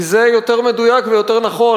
כי זה יותר מדויק ויותר נכון.